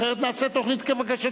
אחרת אנחנו נעשה תוכנית כבקשתך,